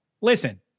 Listen